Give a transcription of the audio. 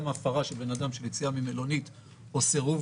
גם הפרה של בן אדם של יציאה ממלונית או סירוב